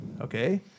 Okay